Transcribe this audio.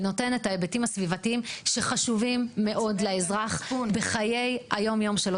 נותן את ההיבטים הסביבתיים שחשובים מאוד לאזרח בחיי היום-יום שלו.